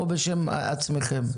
או בשם עצמכם,